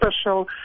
special